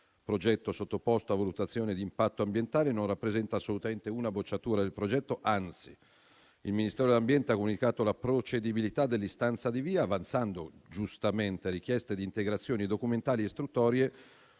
progetto sottoposto a valutazione di impatto ambientale. Non rappresenta assolutamente una bocciatura del progetto. Anzi, il Ministero dell'ambiente ha comunicato la procedibilità dell'istanza di VIA, avanzando, giustamente, richiesta di integrazioni documentali istruttorie